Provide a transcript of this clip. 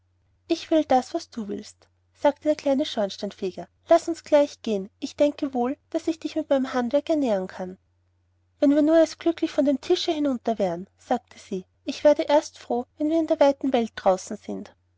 ich will alles was du willst sagte der kleine schornsteinfeger laß uns gleich gehen ich denke wohl daß ich dich mit meinem handwerk ernähren kann wenn wir nur erst glücklich von dem tische hinunter wären sagte sie ich werde erst froh wenn wir in der weiten welt draußen sind